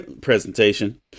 presentation